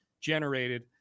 generated